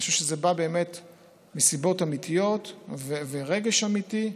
אני חושב שזה בא מסיבות אמיתיות ורגש אמיתי,